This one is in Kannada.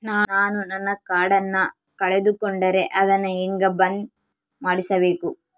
ನಾನು ನನ್ನ ಕಾರ್ಡನ್ನ ಕಳೆದುಕೊಂಡರೆ ಅದನ್ನ ಹೆಂಗ ಬಂದ್ ಮಾಡಿಸಬೇಕು?